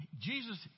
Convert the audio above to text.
Jesus